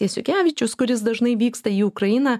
jasiukevičius kuris dažnai vyksta į ukrainą